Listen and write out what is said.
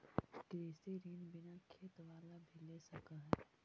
कृषि ऋण बिना खेत बाला भी ले सक है?